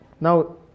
now